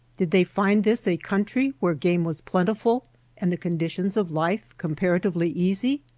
did they find this a country where game was plentiful and the conditions of life comparatively easy?